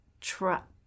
trap